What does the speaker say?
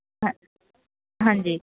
ਹਾ ਹਾਂਜੀ